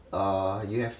err you have